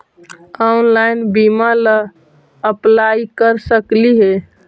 Online बीमा ला apply कर सकली हे?